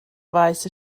faes